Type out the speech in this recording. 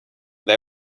they